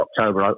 October